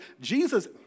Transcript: Jesus